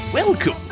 Welcome